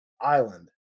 island